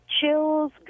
chills